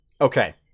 Okay